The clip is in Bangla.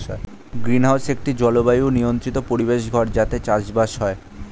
গ্রীনহাউস একটি জলবায়ু নিয়ন্ত্রিত পরিবেশ ঘর যাতে চাষবাস হয়